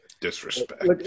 Disrespect